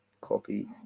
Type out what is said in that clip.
Copy